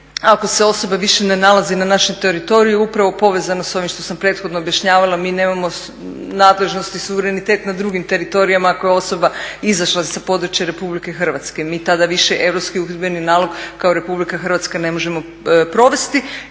ako se osoba više ne nalazi na našem teritoriju upravo povezano s ovim što sam prethodno objašnjavala mi nemamo nadležnosti i suverenitet na drugim teritorijima ako je osoba izašla sa područja RH. Mi tada više europski uhidbeni nalog kao RH ne možemo provesti.